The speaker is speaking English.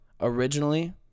originally